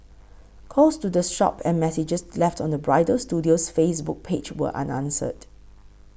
calls to the shop and messages left on the bridal studio's Facebook page were unanswered